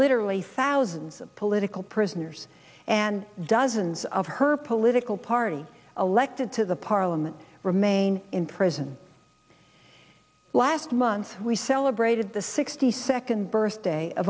literally thousands of political prisoners and dozens of her political party elected to the parliament remain in prison last month we celebrated the sixty second birthday